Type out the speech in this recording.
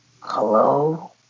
Hello